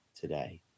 today